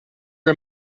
are